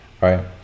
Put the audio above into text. right